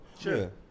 Sure